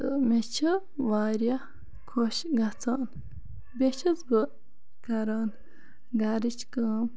مےٚ چھُ واریاہ خۄش گَژھان بیٚیہِ چھَس بہٕ کَران گَرٕچ کٲم